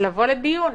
לבוא לדיון.